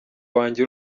wanjye